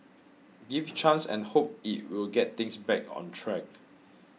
give chance and hope it will get things back on track